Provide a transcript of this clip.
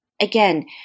Again